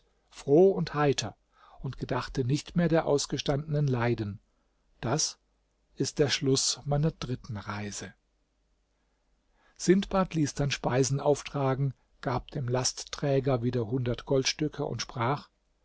froh und heiter und gedachte nicht mehr der ausgestandenen leiden das ist der schluß meiner dritten reise sindbad ließ dann speisen auftragen gab dem lastträger wieder hundert goldstücke und sprach